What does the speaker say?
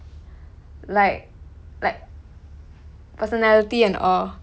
like like personality and all